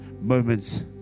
moments